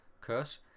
Curse